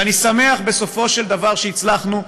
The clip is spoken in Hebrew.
ואני שמח שבסופו של דבר הצלחנו,